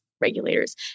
regulators